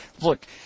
Look